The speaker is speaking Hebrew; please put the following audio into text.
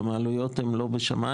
גם העלויות הן לא בשמיים,